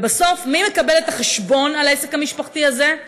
ובסוף, מי מקבל את החשבון על העסק המשפחתי הזה?